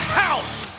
house